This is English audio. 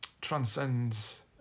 transcends